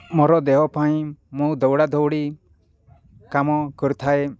ମୋର ଦେହ ପାଇଁ ମୁଁ ଦୌଡ଼ା ଦୌଡ଼ି କାମ କରିଥାଏ